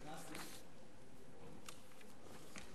הנושא הבא: